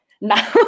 now